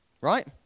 right